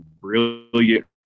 brilliant